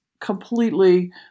completely